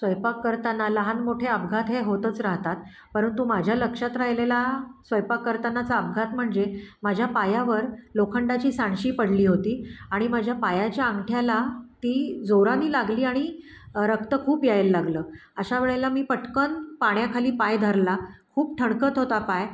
स्वयंपाक करताना लहान मोठे अपघात हे होतच राहतात परंतु माझ्या लक्षात राहिलेला स्वयंपाक करतानाचा अपघात म्हणजे माझ्या पायावर लोखंडाची सांडशी पडली होती आणि माझ्या पायाच्या अंगठ्याला ती जोराने लागली आणि रक्त खूप यायला लागलं अशा वेळेला मी पटकन पाण्याखाली पाय धरला खूप ठणकत होता पाय